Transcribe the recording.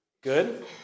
Good